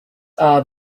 are